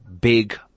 big